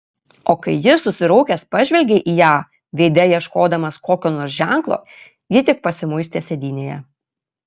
o kai jis susiraukęs pažvelgė į ją veide ieškodamas kokio nors ženklo ji tik pasimuistė sėdynėje